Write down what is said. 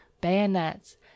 Bayonets